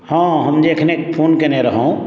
हँ हम जे एखने फोन कयने रहहुँ